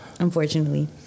Unfortunately